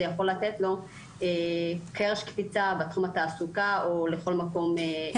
יכול לתת לו קרש קפיצה בתחום התעסוקה או לכל מקום שירצה.